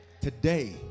today